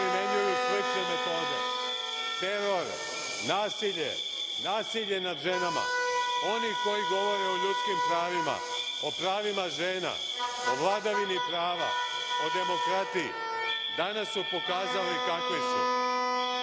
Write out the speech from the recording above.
primenjuju slične metode, teror, nasilje, nasilje nad ženama. Oni koji govore o ljudskim pravima, o pravima žena, o vladavini prava, o demokratiji, danas su pokazali kakvi su.